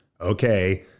Okay